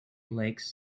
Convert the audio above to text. lakes